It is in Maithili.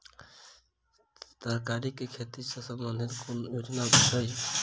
तरकारी केँ खेती सऽ संबंधित केँ कुन योजना छैक?